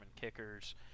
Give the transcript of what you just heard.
kickers